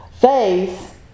Faith